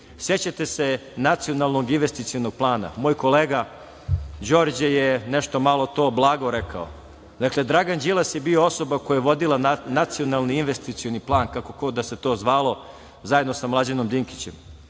sećate se nacionalnog investicionog plana. Moj kolega Đorđe je nešto malo to blago rekao. Dragan Đilas je bio osoba koja je vodila Nacionalni investicioni plan, kako god da se to zvalo, zajedno sa Mlađanom Dinkićem.